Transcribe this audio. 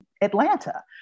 Atlanta